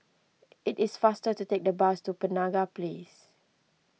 it is faster to take the bus to Penaga Place